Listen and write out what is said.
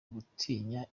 gutinya